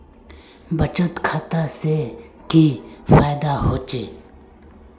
बचत खाता से की फायदा होचे?